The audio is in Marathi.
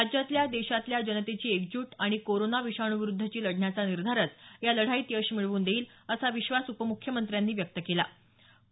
राज्यातल्या देशातल्या जनतेची एकजूट आणि कोरोना विषाणूविरुद्ध लढण्याचा निर्धारच या लढाईत यश मिळवून देईल असा विश्वास उपम्ख्यमंत्र्यांनी व्यक्त केला आहे